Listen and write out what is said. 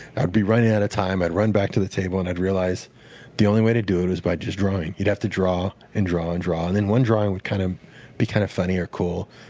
i'd be running out of time. i'd run back to the table and i'd realize the only way to do it was by just drawing. you'd have to draw and draw and draw. and then one drawing would kind of be kind of funny or cool.